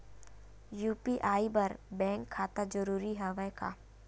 UPI बर bank खाता जरूरी हवय का?